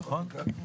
נכון.